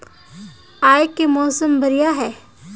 आय के मौसम बढ़िया है?